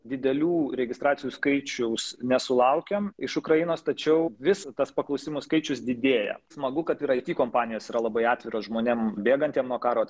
didelių registracijų skaičiaus nesulaukiam iš ukrainos tačiau vis tas paklausimų skaičius didėja smagu kad ir ai ti kompanijos yra labai atviros žmonėm bėgantiem nuo karo